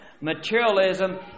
Materialism